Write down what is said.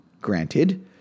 Granted